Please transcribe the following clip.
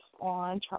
on